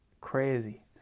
crazy